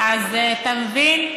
אתה מבין?